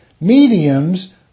mediums